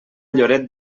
lloret